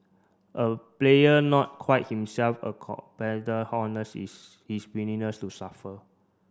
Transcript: a player not quite himself a competitor his willingness to suffer